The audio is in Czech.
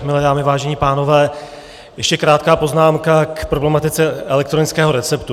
Milé dámy, vážení pánové, ještě krátká poznámka k problematice elektronického receptu.